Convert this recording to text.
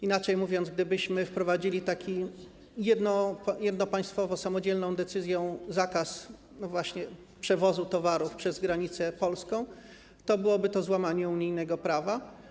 Inaczej mówiąc, gdybyśmy wprowadzili taką jednopaństwową, samodzielną decyzją zakaz przewozu towarów przez granicę polską, to byłoby to złamanie unijnego prawa.